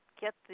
get